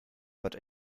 but